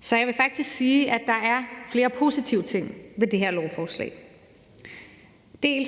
Så jeg vil faktisk sige, at der er flere positive ting ved det her lovforslag. Det